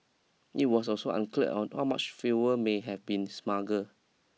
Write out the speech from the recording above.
it was also unclear on how much fuel may have been smuggle